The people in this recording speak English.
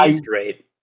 great